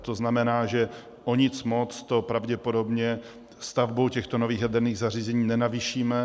To znamená, že o nic moc to pravděpodobně stavbou těchto nových jaderných zařízení nenavýšíme.